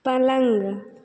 पलङ्ग